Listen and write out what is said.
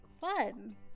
Fun